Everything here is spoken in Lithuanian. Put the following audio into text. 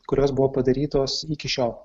kurios buvo padarytos iki šiol